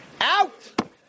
out